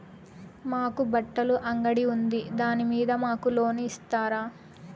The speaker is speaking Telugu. మాకు బట్టలు అంగడి ఉంది దాని మీద మాకు లోను ఇస్తారా